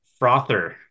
frother